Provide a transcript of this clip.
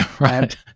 right